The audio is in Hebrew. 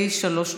שלוש דקות.